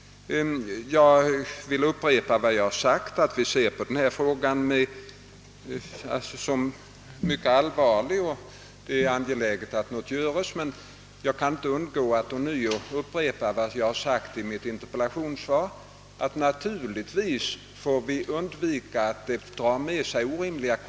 Jag vill upprepa att vi betraktar frågan som mycket allvarlig och anser det angeläget att något görs. Men jag kan inte underlåta att också upprepa, att naturligtvis får vi se till att konsekvenserna inte blir orimliga.